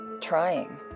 trying